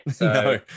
No